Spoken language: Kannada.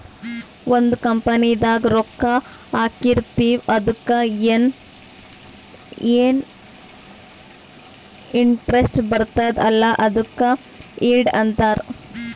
ಒಂದ್ ಕಂಪನಿದಾಗ್ ರೊಕ್ಕಾ ಹಾಕಿರ್ತಿವ್ ಅದುಕ್ಕ ಎನ್ ಇಂಟ್ರೆಸ್ಟ್ ಬರ್ತುದ್ ಅಲ್ಲಾ ಅದುಕ್ ಈಲ್ಡ್ ಅಂತಾರ್